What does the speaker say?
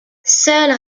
seules